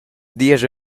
diesch